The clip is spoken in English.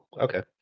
okay